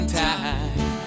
time